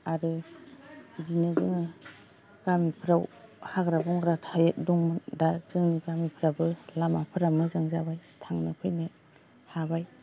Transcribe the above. आरो बिदिनो जोङो गामिफोराव हाग्रा बंग्रा थायो दंमोन दा जोंनि गामिफ्राबो लामाफोरा मोजां जाबाय थांनो फैनो हाबाय